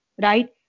right